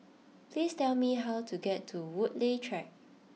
please tell me how to get to Woodleigh Track